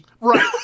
Right